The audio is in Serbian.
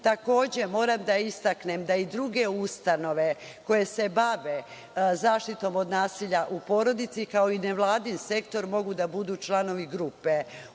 Takođe, moram da istaknem da i druge ustanove koje se bave zaštitom od nasilja u porodici, kao i nevladin sektor mogu da budu članovi grupe